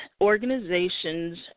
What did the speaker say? organizations